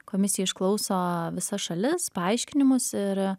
komisija išklauso visas šalis paaiškinimus ir